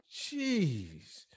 Jeez